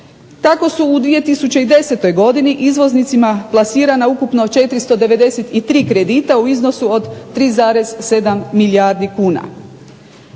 Tako su u 2010. godini izvoznicima plasirana ukupno 493 kredita u iznosu od 3,7 milijardi kuna.